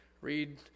read